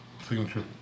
signature